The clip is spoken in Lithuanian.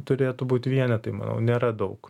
turėtų būt vienetai manau nėra daug